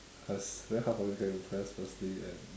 cause very hard for me to get impressed firstly and